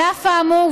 על אף האמור,